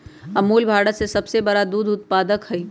अमूल भारत में सबसे बड़ा दूध उत्पादक हई